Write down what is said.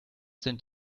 sind